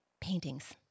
paintings